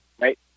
Right